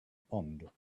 pond